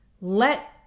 let